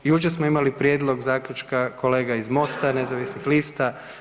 Jučer smo imali prijedlog zaključka kolega iz MOST-a nezavisnih lista.